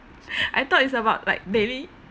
I thought it's about like daily